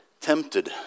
tempted